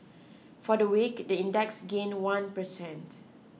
for the week the index gained one per cent